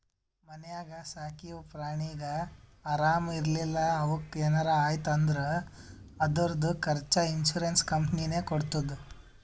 ಮನ್ಯಾಗ ಸಾಕಿವ್ ಪ್ರಾಣಿಗ ಆರಾಮ್ ಇರ್ಲಿಲ್ಲಾ ಅವುಕ್ ಏನರೆ ಆಯ್ತ್ ಅಂದುರ್ ಅದುರ್ದು ಖರ್ಚಾ ಇನ್ಸೂರೆನ್ಸ್ ಕಂಪನಿನೇ ಕೊಡ್ತುದ್